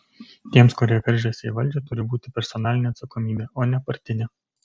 tiems kurie veržiasi į valdžią turi būti personalinė atsakomybė o ne partinė